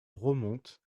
remonte